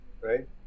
right